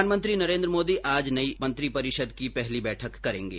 प्रधानमंत्री नरेन्द्र मोदी आज नई मंत्रिपरिषद की पहली बैठक करेंगे